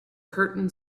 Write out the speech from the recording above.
curtain